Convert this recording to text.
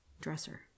dresser